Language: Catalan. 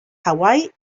hawaii